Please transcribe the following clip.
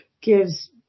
gives